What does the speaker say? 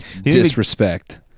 disrespect